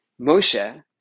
Moshe